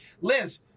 Liz